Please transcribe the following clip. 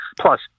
Plus